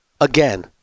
again